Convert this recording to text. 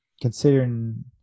considering